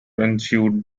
ensued